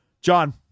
John